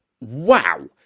Wow